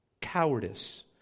Cowardice